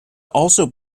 also